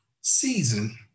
season